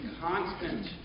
constant